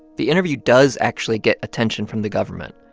the interview does actually get attention from the government.